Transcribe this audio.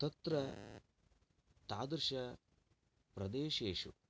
तत्र तादृशप्रदेशेषु